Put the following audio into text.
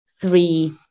three